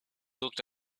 looked